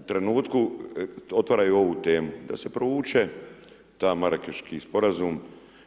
U trenutku otvaraju ovu temu da se provuče taj Marakeški Sporazum